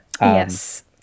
yes